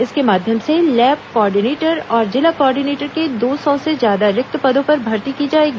इसके माध्यम से लैब कॉडिनेटर और जिला कॉडिनेटर के दो सौ से ज्यादा रिक्त पदों पर भर्ती की जाएगी